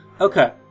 Okay